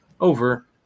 over